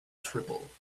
triple